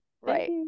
Right